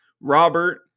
Robert